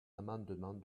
amendement